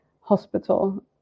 hospital